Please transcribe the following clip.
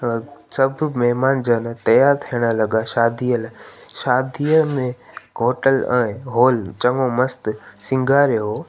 सभु महिमान जन तयारु थियण लॻा शादीअ लाइ शादीअ में होटल ऐं हॉल चङो मस्तु श्रंगारियो हो